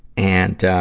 and, ah,